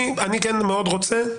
אני מאוד רוצה להכניס.